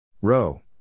Row